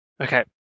Okay